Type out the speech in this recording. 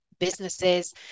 businesses